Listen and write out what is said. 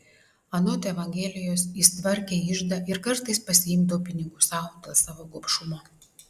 anot evangelijos jis tvarkė iždą ir kartais pasiimdavo pinigų sau dėl savo gobšumo